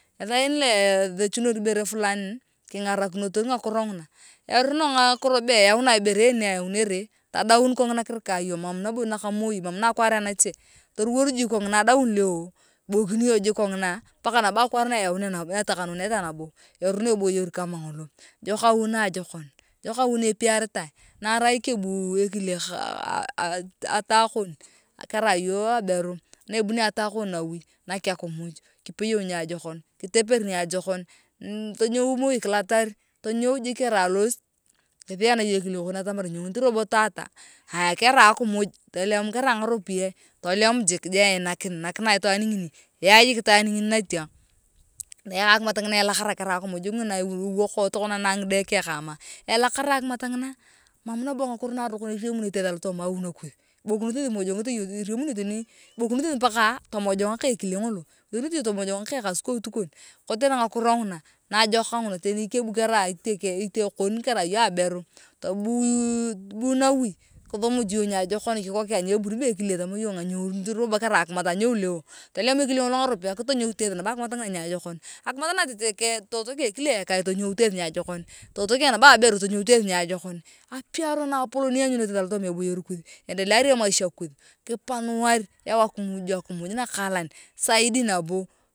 Ngathaani leee ethechunor ibere fulani kingarakinotor ngakiro nguna erono ngakiro be yaunae ibere neeeyaunere tadaun kongina kirika yong mam nabo nakamoi. Mam nabo naaakwar anache toruwor jik kongina adaun leo kuboikia iyong jik kongina paka nabo akwaar naaeyaunea naetakuneneta nabo erono eboyoi kama ngolo jok awi naajokon jok na epiritae narai kebuuu ekile atakon kerai iyong aberu na ebunio atakon nawi naak akimuj kipeyou niajokor kiteper niajokon mmmm tonyou moi kilotar tonyou jik kerai alosit kithiyan yong ekile kon atamar enyounit robo tata aaya kerai akimuj tolem kerai ngaropiyae tolem jik jaaanaikin nakinae itwaan ngini yaaa jik itwaan ngini natiang yaaa akimat ngina elakara karai akimuj ngina ewooo ewoko tokona inaa ngide keng kaama alakara akimat ngina mam nabo ngakiro naaronok iriamunete eeth alotooma awi nakus iboikonothi eeth imojongete iriamuni yong teni ibuikothi eeth mpakaaa tomojonga ka ekile ngolo iwethekenete yong tomojonga ka ekaskout kon kotere ngakiro nguna naajokak nguna teni kebu karai itekeng itiokon karai iyong aberu buuuu bu nawi kithumuj yong niajokon aniebuni bo ekile tama yong enyounit karai akimat anyou leo tolem ekile ngolo ngaropiae ketonyout eeth nabo akimat ngina niajokon akimat natete totekeng ekile itenyeut eeth niajokon totekeng nabo aberu itenyent eeth niajokon apiaro naapolon ianyunete alotooma eboyor kus iendeleari emaisha kuth kipanuar yau akuj akimuj nakaalan zaidi nabo.